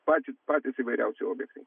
patys patys įvairiausi objektai